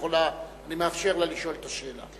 אבל אני מאפשר לה לשאול את השאלה.